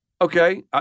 Okay